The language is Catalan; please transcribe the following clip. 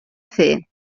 fer